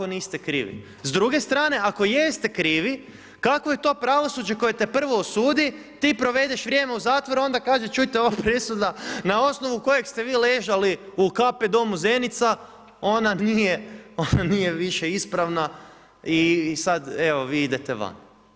S druge strane, ako jeste krivi, kakvo je to pravosuđe koje te prvo osudi, ti provedeš vrijeme u zatvoru, a onda kaže čujte ova presuda na osnovu koje ste vi ležali u KP domu Zenica, ona nije više ispravna i sad evo vi idete van.